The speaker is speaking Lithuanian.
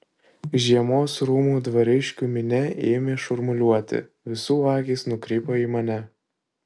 žiemos rūmų dvariškių minia ėmė šurmuliuoti visų akys nukrypo į mane